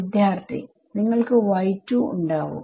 വിദ്യാർത്ഥി നിങ്ങൾക്ക് ഉണ്ടാവും